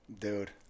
Dude